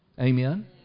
Amen